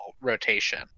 rotation